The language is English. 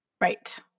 Right